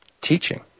teaching